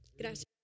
Gracias